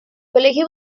colegio